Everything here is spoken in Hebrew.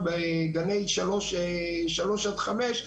גילי שלוש עד חמש,